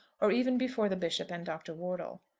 or even before the bishop and dr. wortle.